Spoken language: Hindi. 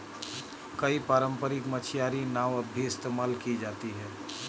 कई पारम्परिक मछियारी नाव अब भी इस्तेमाल की जाती है